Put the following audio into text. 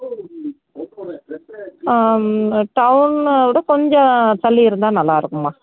டவுனை விட கொஞ்சம் தள்ளி இருந்தால் நல்லாயிருக்குமா